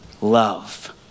love